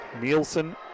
Nielsen